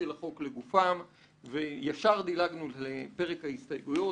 החוק לגופם וישר דילגנו לפרק ההסתייגויות.